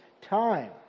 time